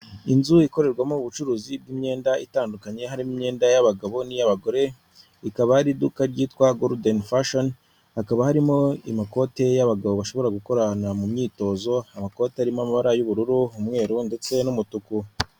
Inzu ikorerwamo ubucuruzi bw'imyenda itandukanye harimo imyenda y'abagabo n'iy'abagore. Bikaba ari iduka ryitwa golden fashion hakaba harimo amakote y'abagabo bashobora gukorana mu myitozo, amakoti arimo amabara y'ubururu, umweru, ndetse n'umutuku.